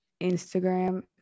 Instagram